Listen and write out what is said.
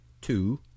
Two